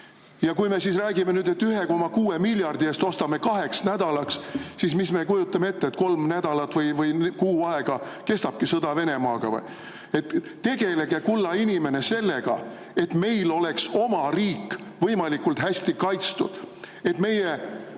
Ja kui me räägime nüüd, et 1,6 miljardi eest ostame seda kaheks nädalaks, kas me siis kujutame ette, et kolm nädalat või kuu aega kestabki sõda Venemaaga või? Tegelege, kulla inimene, sellega, et meil oleks oma riik võimalikult hästi kaitstud, et meie